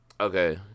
Okay